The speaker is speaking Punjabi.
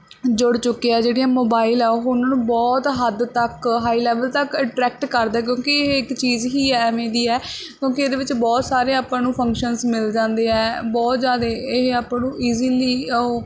ਜੁੜ ਚੁੱਕੇ ਆ ਜਿਹੜੀਆਂ ਮੋਬਾਇਲ ਆ ਉਹ ਉਹਨਾਂ ਨੂੰ ਬਹੁਤ ਹੱਦ ਤੱਕ ਹਾਈ ਲੈਵਲ ਤੱਕ ਅਟਰੈਕਟ ਕਰਦਾ ਕਿਉਂਕਿ ਇਹ ਇੱਕ ਚੀਜ਼ ਹੀ ਐਵੇਂ ਦੀ ਹੈ ਕਿਉਂਕਿ ਇਹਦੇ ਵਿੱਚ ਬਹੁਤ ਸਾਰੇ ਆਪਾਂ ਨੂੰ ਫੰਕਸ਼ਨਸ ਮਿਲ ਜਾਂਦੇ ਹੈ ਬਹੁਤ ਜ਼ਿਆਦਾ ਇਹ ਆਪਾਂ ਨੂੰ ਈਜ਼ੀਲੀ ਉਹ